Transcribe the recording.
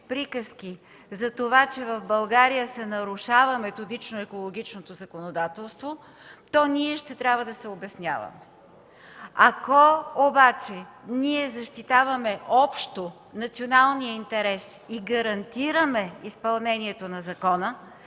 за това, че в България се нарушава методично екологично законодателство, то ние ще трябва да се обясняваме. Ако обаче ние защитаваме общо националния интерес и гарантираме изпълнението на закона,